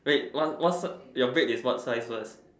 wait what what size your bed is what size